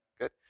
Good